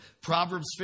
Proverbs